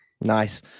Nice